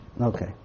okay